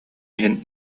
иһин